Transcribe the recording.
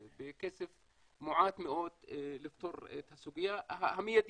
בכסף מועט מאוד לפתור את הסוגיה המיידית.